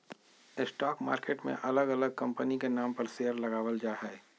stock market मे अलग अलग कंपनी के नाम पर शेयर लगावल जा हय